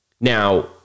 Now